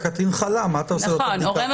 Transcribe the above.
הקטין חלה, מה תעשה לו בדיקה?